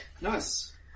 Nice